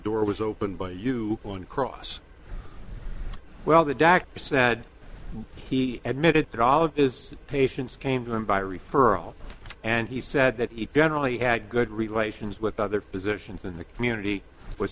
door was opened by you on cross well the doctor said he admitted that all of his patients came to them by referral and he said that he generally had good relations with other positions in the community w